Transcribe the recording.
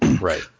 Right